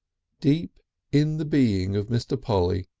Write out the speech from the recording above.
deep in the being of mr. polly,